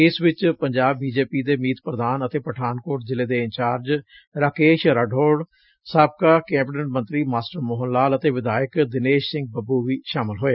ਇਸ ਵਿਚ ਪੰਜਾਬ ਬੀਜੇਪੀ ਦੇ ਮੀਤ ਪੁਧਾਨ ਅਤੇ ਪਠਾਨਕੋਟ ਜਿਲੇ ਦੇ ਇੰਚਾਰਜ ਰਾਕੇਸ਼ ਰਾਠੋਰ ਸਾਬਕਾ ਕੈਬਿਨਟ ਮੰਤਰੀ ਮਾਸਟਰ ਮੋਹਨ ਲਾਲ ਅਤੇ ਵਿਧਾਇਕ ਦਿਨੇਸ਼ ਸਿੰਘ ਬੱਬੁ ਵੀ ਸ਼ਾਮਲ ਹੋਏ